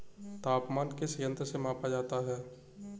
तापमान किस यंत्र से मापा जाता है?